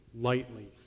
lightly